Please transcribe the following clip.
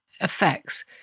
effects